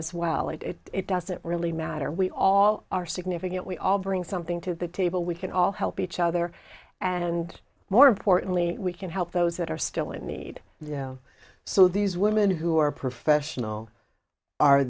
as well and it doesn't really matter we all are significant we all bring something to the table we can all help each other and more importantly we can help those that are still in need you know so these women who are professional are